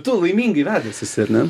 tu laimingai vedęs esi ar ne